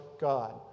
God